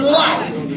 life